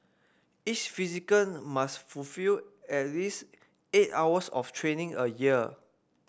each physician must fulfil at least eight hours of training a year